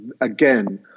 again